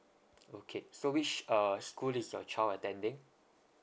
okay so which uh school is your child attending